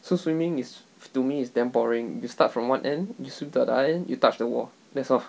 so swimming is to me is damn boring you start from one end you swim to the other end you touch the wall that's all